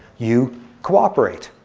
you cooperate.